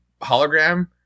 hologram